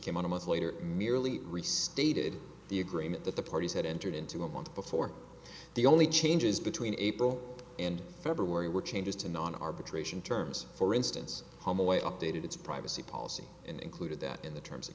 came on a month later merely restated the agreement that the parties had entered into a month before the only changes between april and february were changes to non arbitration terms for instance home away updated its privacy policy and included that in the terms